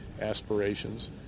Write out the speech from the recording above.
aspirations